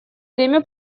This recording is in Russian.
время